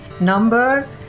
number